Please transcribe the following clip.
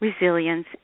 resilience